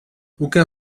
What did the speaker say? aucun